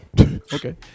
okay